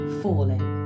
falling